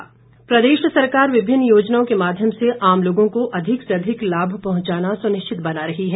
सैजल प्रदेश सरकार विभिन्न योजनाओं के माध्यम से आम लोगों को अधिक से अधिक लाभ पहुंचाना सुनिश्चित बना रही है